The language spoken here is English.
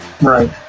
Right